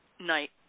night